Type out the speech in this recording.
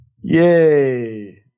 yay